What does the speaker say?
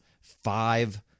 five